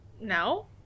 No